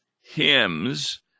hymns